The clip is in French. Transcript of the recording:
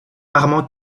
armand